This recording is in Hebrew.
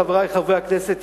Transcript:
חברי חברי הכנסת,